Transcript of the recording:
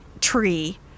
tree